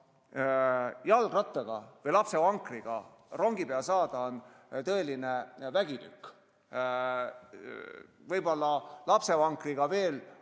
Jalgrattaga või lapsevankriga rongi peale saada on tõeline vägitükk. Võib-olla lapsevankri puhul